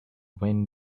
when